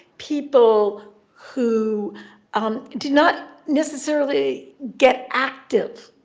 people who um do not necessarily get active,